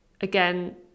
again